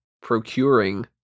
procuring